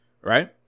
right